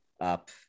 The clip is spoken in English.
up